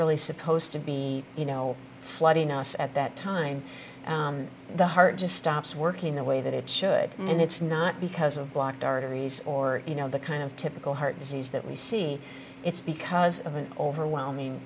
really supposed to be you know flooding us at that time the heart just stops working the way that it should and it's not because of blocked arteries or you know the kind of typical heart disease that we see it's because of an overwhelming